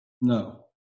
No